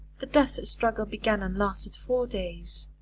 the death struggle began and lasted four days.